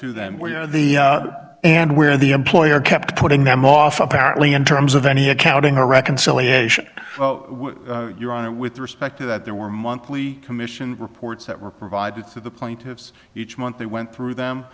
to them where the and where the employer kept putting them off apparently in terms of any accounting or reconciliation your honor with respect to that there were monthly commission reports that were provided to the plaintiffs each month they went through them